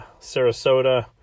Sarasota